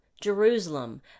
Jerusalem